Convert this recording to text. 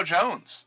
Jones